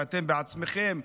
ואתם בעצמכם,